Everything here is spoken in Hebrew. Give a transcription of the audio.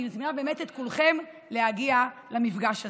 אני מזמינה באמת את כולכם להגיע למפגש הזה.